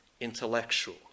intellectual